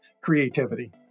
creativity